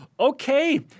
Okay